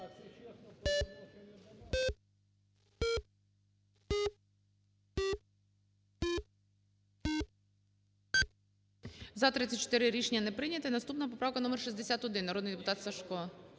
За-34 Рішення не прийнято. Наступна поправка номер 61, народний депутат Сажко.